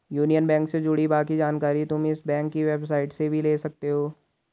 union Bank से जुड़ी बाकी जानकारी तुम इस बैंक की वेबसाईट से भी ले सकती हो